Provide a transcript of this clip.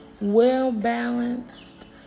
well-balanced